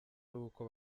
aruko